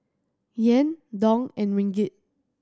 Yen Dong and Ringgit